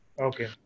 Okay